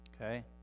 okay